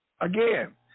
again